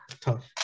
tough